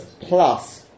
plus